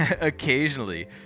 occasionally